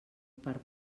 per